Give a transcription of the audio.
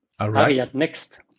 Ariadnext